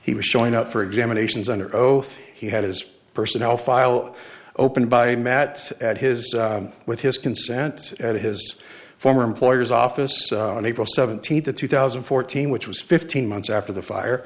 he was showing up for examinations under oath he had his personnel file open by matt at his with his consent at his former employer's office on april seventeenth two thousand and fourteen which was fifteen months after the fire